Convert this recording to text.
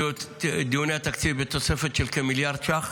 דיוני התקציב בתוספת של כמיליארד ש"ח,